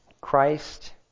Christ